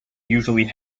usually